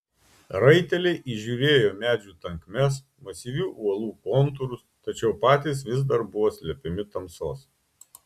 raiteliai įžiūrėjo medžių tankmes masyvių uolų kontūrus tačiau patys vis dar buvo slepiami tamsos